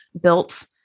built